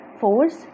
force